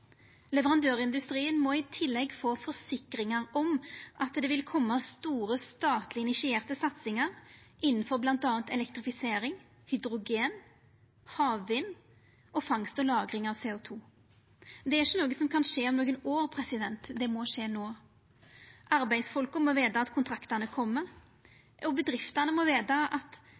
Leverandørindustrien må i tillegg få forsikringar om at det vil koma store statleg initierte satsingar innanfor bl.a. elektrifisering, hydrogen, havvind og fangst og lagring av CO 2 . Det er ikkje noko som kan skje om nokre år, det må skje no. Arbeidsfolka må vita at kontraktane kjem, og bedriftene må vita at